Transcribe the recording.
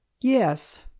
yes